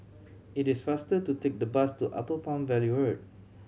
it is faster to take the bus to Upper Palm Valley Road